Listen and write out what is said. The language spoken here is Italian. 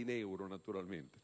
(in euro, naturalmente);